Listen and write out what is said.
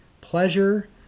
pleasure